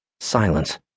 Silence